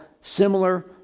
similar